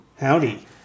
Howdy